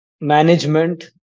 management